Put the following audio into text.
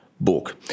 book